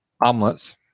omelets